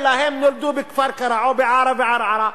אלא הם נולדו בכפר-קרע או בעארה וערערה.